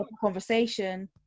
conversation